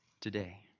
today